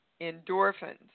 endorphins